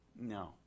No